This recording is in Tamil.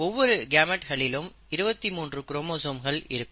ஒவ்வொரு கேமெட்களிலும் 23 குரோமோசோம்கள் இருக்கும்